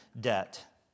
debt